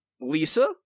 Lisa